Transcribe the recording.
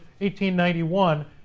1891